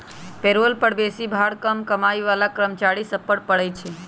payroll कर बेशी भार कम कमाइ बला कर्मचारि सभ पर पड़इ छै